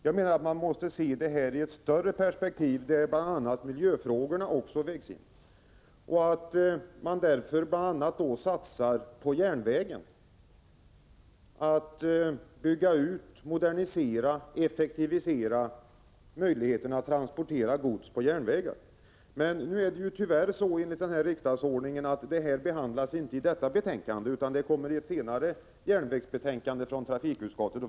Jag menar att man måste se detta i ett större perspektiv där miljöfrågorna också vägs in, och att man därför också bör satsa på järnvägen, på att bygga ut, modernisera och effektivisera möjligheterna att transportera gods på järnväg. Men tyvärr är det så enligt riksdagsordningen att dessa frågor inte behandlas i detta betänkande, utan de kommer i ett senare järnvägsbetänkande från trafikutskottet.